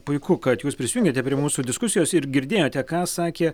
puiku kad jūs prisijungėte prie mūsų diskusijos ir girdėjote ką sakė